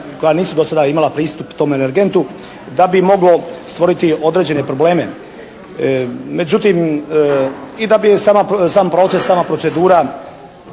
koja nisu do sada imala pristup tom energentu da bi mogao stvoriti određene probleme. Međutim i da bi sama, sam proces, sama procedura